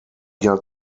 jahr